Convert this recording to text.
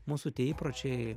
mūsų tie įpročiai